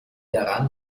daran